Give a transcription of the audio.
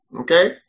okay